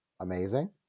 amazing